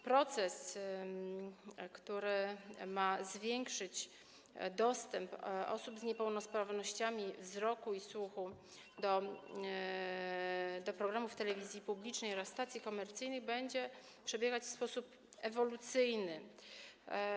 Proces, który ma zwiększyć dostęp osób z niepełnosprawnościami wzroku i słuchu do programów telewizji publicznej oraz stacji komercyjnej, będzie przebiegać w sposób ewolucyjny.